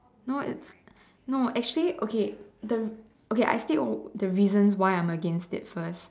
no no actually okay okay the I state the reasons why I'm against it first